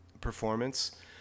performance